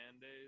days